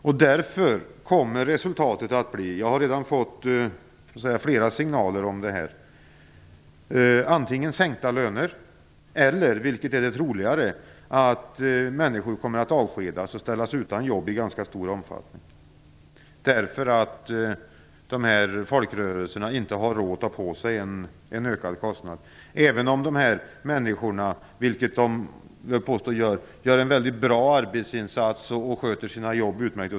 Resultatet kommer därför att bli - jag har redan fått flera signaler om det - antingen sänkta löner eller, vilket är troligare, att många kommer att avskedas och ställas utan jobb i ganska stor omfattning. Dessa folkrörelser har nämligen inte råd att ta på sig en ökad kostnad, även om dessa människor gör en mycket bra arbetsinsats och sköter sina jobb utmärkt.